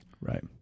right